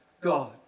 God